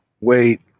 Wait